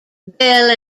belle